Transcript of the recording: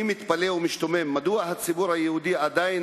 אני מתפלא ומשתומם מדוע הציבור היהודי עדיין